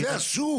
זה השוק.